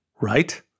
right